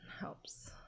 helps